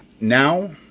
Now